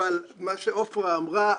אבל מה שעופרה אמרה,